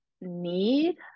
need